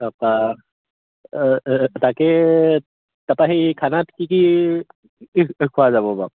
তাৰপৰা তাকে তাৰপৰা সেই খানাত কি কি খোৱা যাব বাৰু